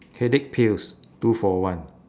headache pills two for one